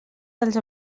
dels